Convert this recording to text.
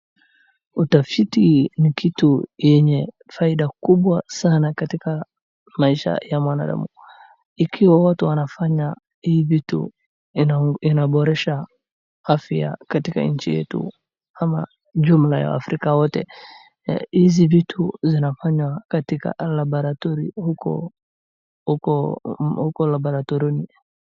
Utafiti ni kitu yenye faida kubwa sana katika maisha ya mwanadamu. Ikiwa watu wanafanya hii vitu inaboresha afya katika inchi yetu, ama juu na Africa wote. Hizi vitu zinafanywa katika laboratory , uko laboratorini